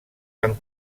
van